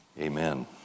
Amen